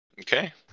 Okay